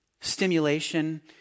stimulation